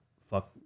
fuck